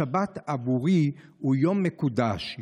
השבת עבורי היא יום מקודש,